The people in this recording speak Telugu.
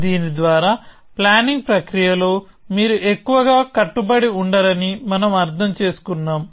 దీని ద్వారా ప్లానింగ్ ప్రక్రియలో మీరు ఎక్కువగా కట్టుబడి ఉండరని మనం అర్థం చేసుకున్నాము